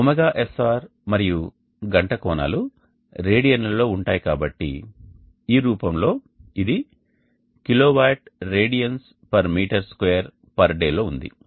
ωSR మరియు గంట కోణాలు రేడియన్లలో ఉంటాయి కాబట్టి ఈ రూపంలో ఇది kW radians m2day లో ఉంది